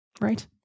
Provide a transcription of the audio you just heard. Right